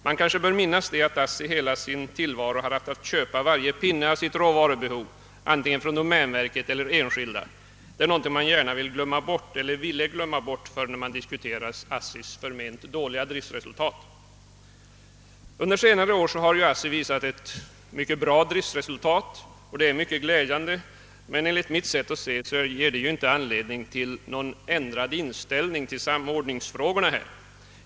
Man bör minnas att ASSI under hela sin tillvaro haft att köpa varje pinne av sitt råvarubehov, antingen från domänverket eller från enskilda skogsägare. Detta är något som man förr gärna ville glömma bort när man diskuterade ASSI:s föment dåliga driftsresultat. Under senare år har ju ASSI visat mycket bra driftsresultat, och detär synnerligen glädjande. Men enligt mitt sätt att se ger detta inte anledning till någon ändrad inställning till samordningsfrågorna.